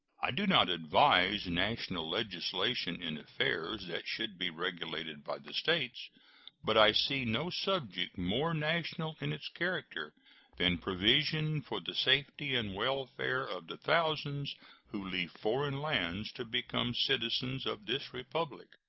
i do not advise national legislation in affairs that should be regulated by the states but i see no subject more national in its character than provision for the safety and welfare of the thousands who leave foreign lands to become citizens of this republic.